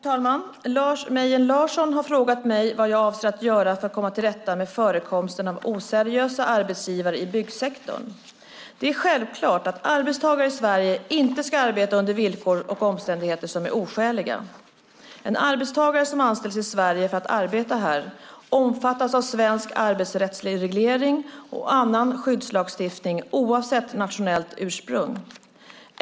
Fru talman! Lars Mejern Larsson har frågat mig vad jag avser att göra för att komma till rätta med förekomsten av oseriösa arbetsgivare i byggsektorn. Det är självklart att arbetstagare i Sverige inte ska arbeta under villkor och omständigheter som är oskäliga. En arbetstagare som anställs i Sverige för att arbeta här omfattas av svensk arbetsrättslig reglering och annan skyddslagstiftning oavsett nationellt ursprung.